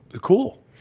cool